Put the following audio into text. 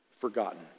forgotten